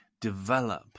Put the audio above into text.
develop